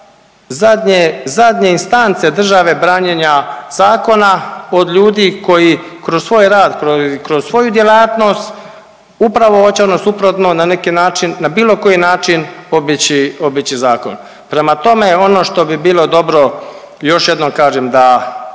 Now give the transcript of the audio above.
zadnje instance države branjenja zakona od ljudi koji kroz svoj rad, kroz svoju djelatnost upravo oće ono suprotno na neki način, na bilo koji način obići, obići zakon. Prema tome, ono što bi bilo dobro, još jednom kažem da